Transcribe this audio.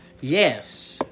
Yes